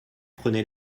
prenez